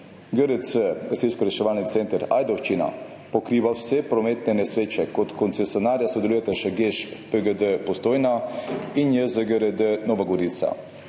GRC, Gasilsko reševalni center Ajdovščina pokriva vse prometne nesreče, kot koncesionarja sodelujeta še GEŠP PGD Postojna in JZGRD Nova Gorica.